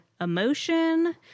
emotion